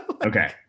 Okay